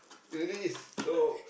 it only is so